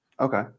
okay